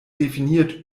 definiert